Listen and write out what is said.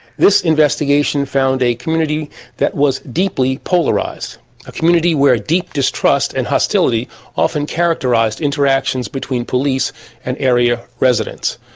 this investigation found a community that was deeply polarised, a community where deep distrust and hostility often characterised interactions between police and area residents.